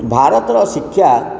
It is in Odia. ଭାରତର ଶିକ୍ଷା